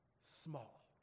small